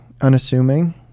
unassuming